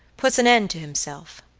puts an end to himself.